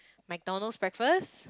McDonald's breakfast